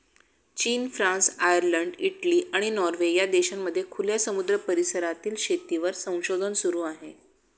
चीन, France, Ireland, Italy, आणि Norway या देशांमध्ये खुल्या समुद्र परिसरातील शेतीवर संशोधन सुरू आहे